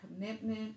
commitment